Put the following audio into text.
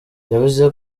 yavuze